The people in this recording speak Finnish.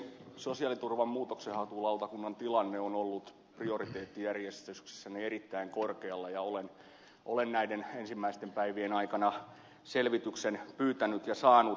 sosiaaliturvan muutoksenhakulautakunnan tilanne on ollut prioriteettijärjestyksessäni erittäin korkealla ja olen näiden ensimmäisten päivien aikana selvityksen pyytänyt ja saanut